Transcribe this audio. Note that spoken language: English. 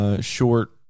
short